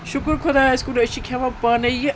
شکر خۄدایَس کُن أسۍ چھِ کھیٚوان پانٔے یہِ